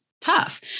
tough